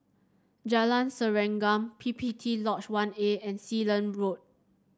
Jalan Serengam P P T Lodge One A and Sealand Road